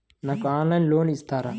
నాకు ఆన్లైన్లో లోన్ ఇస్తారా?